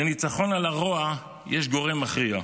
לניצחון על הרוע יש גורם מכריע.